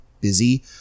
busy